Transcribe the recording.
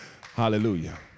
Hallelujah